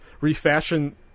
refashion